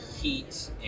heat